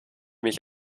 mich